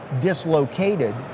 dislocated